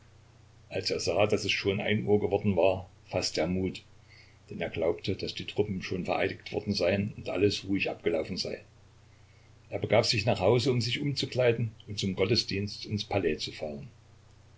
als er sah daß es schon ein uhr geworden war faßte er mut denn er glaubte daß die truppen schon vereidigt worden seien und alles ruhig abgelaufen sei er begab sich nach hause um sich umzukleiden und zum gottesdienst ins palais zu fahren